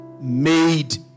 made